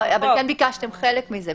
ביקשתם חלק מזה.